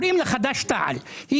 חד"ש תע"ל.